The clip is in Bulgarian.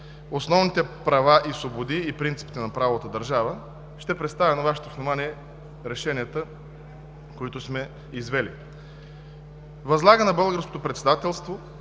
основните права и свободи и принципите на правовата държава, ще представя на Вашето внимание решенията, които сме извели: „1. Възлага на българското правителство